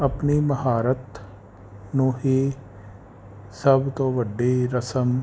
ਆਪਣੀ ਮਹਾਰਤ ਨੂੰ ਹੀ ਸਭ ਤੋਂ ਵੱਡੀ ਰਸਮ